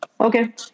Okay